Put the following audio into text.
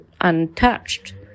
untouched